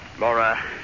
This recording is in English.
Laura